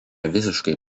visiškai